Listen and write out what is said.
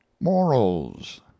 Morals